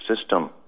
system